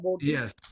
Yes